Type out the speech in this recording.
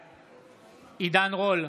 בעד עידן רול,